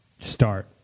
start